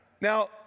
Now